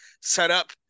setup